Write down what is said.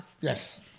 Yes